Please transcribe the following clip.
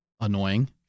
annoying